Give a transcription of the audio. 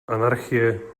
anarchie